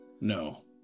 No